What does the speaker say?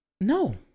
No